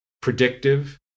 predictive